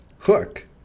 Hook